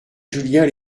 julien